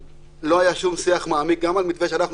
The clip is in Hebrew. לא היה שום שיח מעמיק גם על המתווה שאנחנו